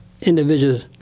individuals